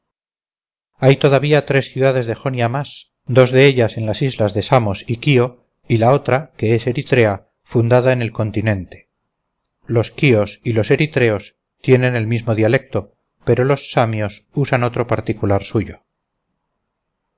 hay todavía tres ciudades de jonia más dos de ellas en las islas de sumos y quío y la otra que es erithrea fundada en el continente los quíos y los eritreos tienen el mismo dialecto pero los samios usan otro particular suyo